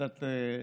קצת